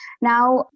Now